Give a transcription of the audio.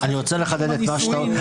במחלקת הנישואים.